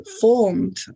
formed